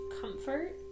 comfort